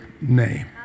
name